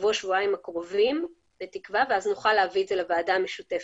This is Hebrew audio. בשבע-שבועיים הקרובים ואז נוכל להביא את זה לוועדה המשותפת.